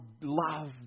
love